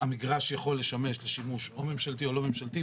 המגרש יכול לשמש לשימוש או ממשלתי או לא ממשלתי,